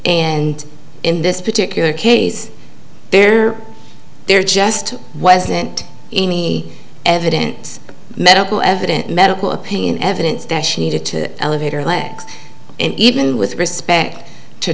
and in this particular case there there just wasn't any evidence medical evidence medical opinion evidence that she needed to elevate her legs and even with respect to